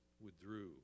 withdrew